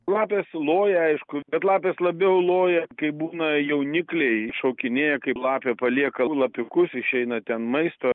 lapės loja aišku bet lapės labiau loja kai būna jaunikliai šokinėja kaip lapė palieka lapiukus išeina ten maisto